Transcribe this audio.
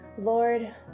Lord